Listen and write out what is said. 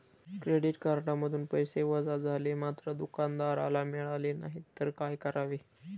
Credit कार्डमधून पैसे वजा झाले मात्र दुकानदाराला मिळाले नाहीत तर काय करावे?